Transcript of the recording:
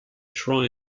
try